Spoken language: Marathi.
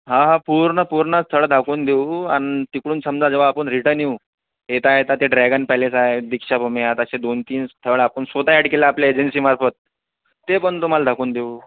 हा हा पूर्ण पूर्ण स्थळ दाखवून देऊ आणि तिकडून समजा जेव्हा आपण रिटर्न येऊ येता येता ते ड्रॅगन पॅलेस आहे दीक्षाभूमी आहे असे दोन तीन स्थळ आहे आपण स्वतः ॲड केलेले आहे आपल्या एजन्सीमार्फत ते पण तुम्हाला दाखवून देऊ